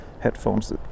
headphones